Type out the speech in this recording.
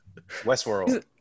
Westworld